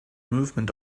movement